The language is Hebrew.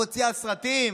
מוציאה סרטים?